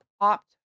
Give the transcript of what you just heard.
opt